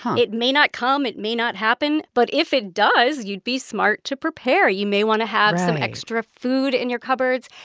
it may not come, it may not happen, but if it does, you'd be smart to prepare. you may want to have some extra food in your cupboards,